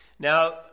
Now